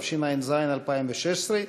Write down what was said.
התשע"ז 2016,